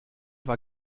war